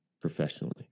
professionally